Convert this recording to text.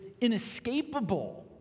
inescapable